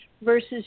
versus